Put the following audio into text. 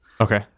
Okay